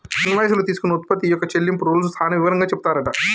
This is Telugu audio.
ఇన్వాయిస్ లో తీసుకున్న ఉత్పత్తి యొక్క చెల్లింపు రూల్స్ సాన వివరంగా చెపుతారట